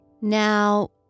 Now